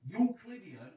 Euclidean